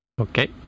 Okay